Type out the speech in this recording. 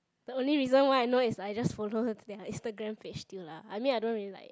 the only reason why I know is I just follow her Instagram page still lah I mean I don't like